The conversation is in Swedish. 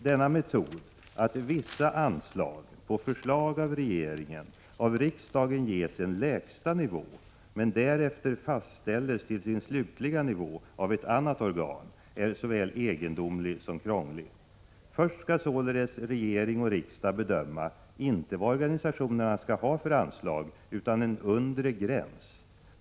Denna metod, att vissa anslag, på förslag av regeringen, av riksdagen ges en lägsta nivå men därefter fastställs till sin slutliga nivå av ett annat organ, är såväl egendomlig som krånglig. Först skall således regering och riksdag bedöma, inte vad organisationerna skall ha för anslag, utan en nedre gräns.